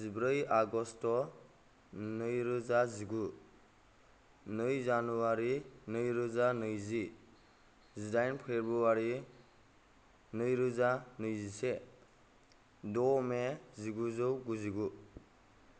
जिब्रै आगष्ट नैरोजा जिगु नै जानुवारि नैरोजा नैजि जिदाइन फेब्रवारी नैरोजा नैजिसे द' मे जिगुजौ गुजिगु